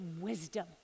wisdom